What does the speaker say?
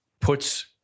puts